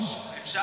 הפוך,